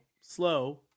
slow